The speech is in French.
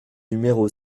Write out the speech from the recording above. numéro